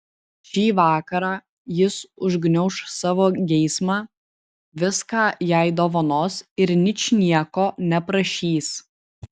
šį vakarą jis užgniauš savo geismą viską jai dovanos ir ničnieko neprašys